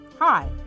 Hi